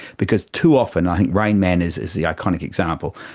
because too often, i think rain man is is the iconic example,